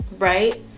right